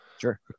Sure